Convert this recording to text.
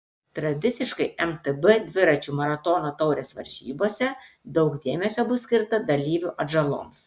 tradiciškai mtb dviračių maratonų taurės varžybose daug dėmesio bus skirta dalyvių atžaloms